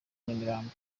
nyamirambo